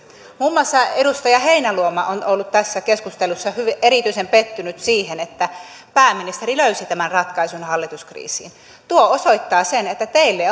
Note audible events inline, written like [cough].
muun muassa edustaja heinäluoma on ollut tässä keskustelussa erityisen pettynyt siihen että pääministeri löysi tämän ratkaisun hallituskriisiin tuo osoittaa sen että teille [unintelligible]